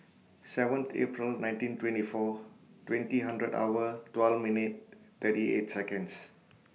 seventh April nineteen twenty four twenty hundred hour twelve minute thirty eight Seconds